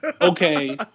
Okay